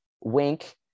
wink